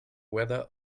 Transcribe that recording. weather